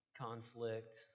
conflict